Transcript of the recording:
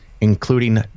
Including